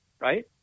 Right